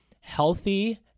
healthy